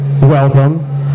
welcome